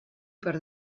per